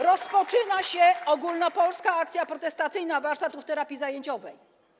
Rozpoczyna się ogólnopolska akcja protestacyjna warsztatów terapii zajęciowej.